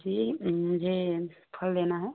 जी मुझे फल लेना है